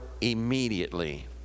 immediately